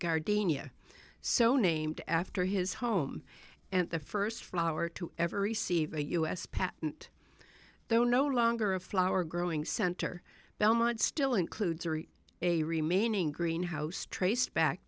gardenia so named after his home and the first flower to ever receive a u s patent though no longer a flower growing center belmont still includes a remaining greenhouse traced back